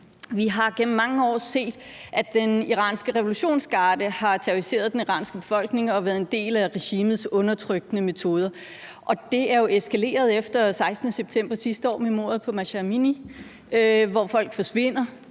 Vi har gennem mange år set, at den iranske revolutionsgarde har terroriseret den iranske befolkning og været en del af regimets undertrykkende metoder, og det er jo eskaleret efter den 16. september sidste år med mordet på Mahsa Amini. Folk forsvinder,